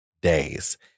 days